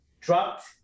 dropped